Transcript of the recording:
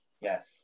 Yes